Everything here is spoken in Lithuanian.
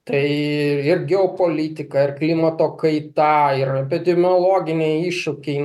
tai ir geopolitika ir klimato kaita ir epidemiologiniai iššūkiai